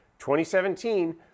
2017